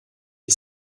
est